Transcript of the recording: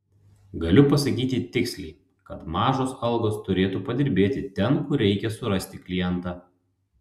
galiu pasakyti tiksliai kad mažos algos turėtų padirbėti ten kur reikia surasti klientą